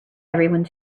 everyone